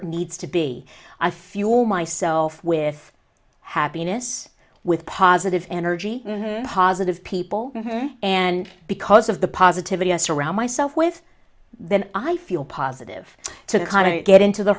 it needs to be a fuel myself with happiness with positive energy positive people and because of the positivity i surround myself with then i feel positive to kind of get into the